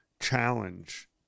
challenge